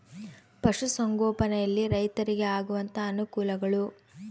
ಪಶುಸಂಗೋಪನೆಯಲ್ಲಿ ರೈತರಿಗೆ ಆಗುವಂತಹ ಅನುಕೂಲಗಳು?